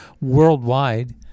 worldwide